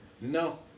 No